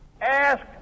Ask